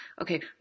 okay